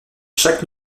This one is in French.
chaque